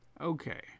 Okay